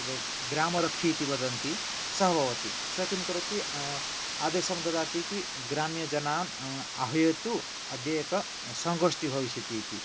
तद् ग्रामरख्खि इति वदन्ति सः भवति सः किं करोति आदेशं ददाति कि ग्राम्यजनान् आह्वयतु अद्य एकः सङ्गोष्टी भविष्यति इति